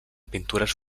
pintures